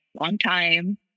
longtime